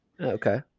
okay